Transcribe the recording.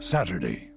Saturday